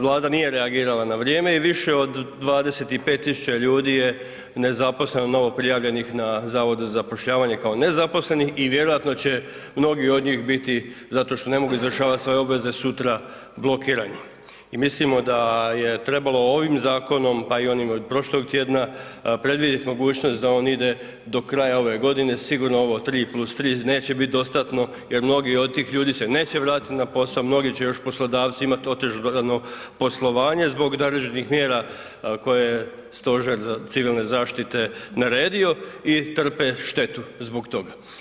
Vlada nije reagirala na vrijeme i više od 25 tisuća ljudi je nezaposleno novoprijavljenih na Zavodu za zapošljavanje kao nezaposleni i vjerojatno će mnogi od njih biti, zato što ne mogu izvršavati svoje obveze, sutra blokirani i mislimo da je trebalo ovim zakonom, pa i onim od prošlog tjedna predvidjeti mogućnost da on ide do kraja ove godine, sigurno ovo 3+3 neće biti dostatno jer mnogi od tih ljudi se neće vratiti na posao, mnogi će još poslodavci imati otežano poslovanje zbog naređenih mjera koje je Stožer civilne zaštite naredio i trpe štetu zbog toga.